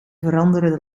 veranderde